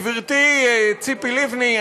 גברתי ציפי לבני,